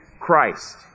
Christ